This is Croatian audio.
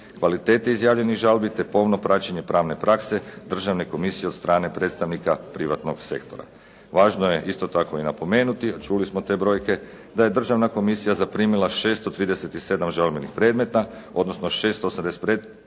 kvalitete izjavljenih žalbi te pomno praćenje pravne prakse državne komisije od strane predstavnika privatnog sektora. Važno je isto tako i napomenuti, čuli smo te brojke da je Državna komisija zaprimila 637 žalbenih predmeta, odnosno 685 predmeta,